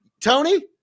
Tony